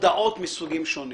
-- הודעות מסוגים שונים.